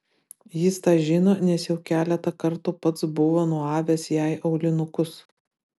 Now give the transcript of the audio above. jis tą žino nes jau keletą kartų pats buvo nuavęs jai aulinukus